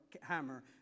hammer